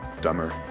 dumber